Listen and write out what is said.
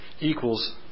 equals